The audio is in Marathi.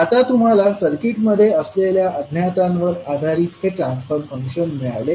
आता तुम्हाला सर्किटमध्ये असलेल्या अज्ञातांवर आधारित हे ट्रान्सफर फंक्शन मिळाले आहे